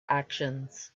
actions